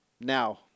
Now